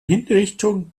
hinrichtung